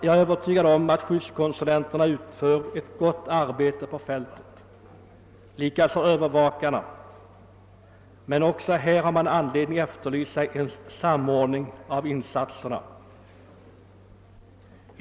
Jag är övertygad om att skyddskonsulenterna utför ett gott arbete på fältet liksom övervakarna, men också här finns det anledning att efterlysa en samordning av insatserna.